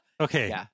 Okay